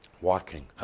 walking